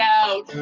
out